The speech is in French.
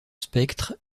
spectre